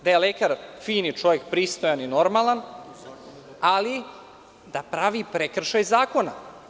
Da je lekar fin čovek, pristojan i normalan, ali da pravi prekšraj zakona.